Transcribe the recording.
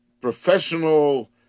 professional